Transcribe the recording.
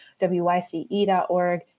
wyce.org